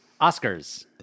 Oscars